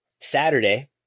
Saturday